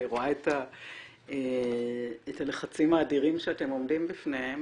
אני רואה את הלחצים האדירים שאתם עומדים בפניהם